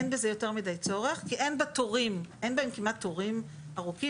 אין בזה יותר מדי צורך כי אין בהם כמעט תורים ארוכים,